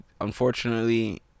Unfortunately